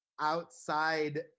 outside